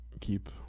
keep